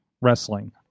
wrestling